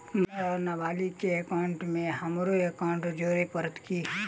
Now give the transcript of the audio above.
Minor वा नबालिग केँ एकाउंटमे हमरो एकाउन्ट जोड़य पड़त की?